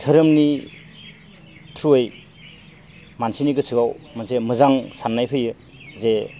धोरोमनि थ्रुयै मानसिनि गोसोयाव मोनसे मोजां साननाय फैयो जे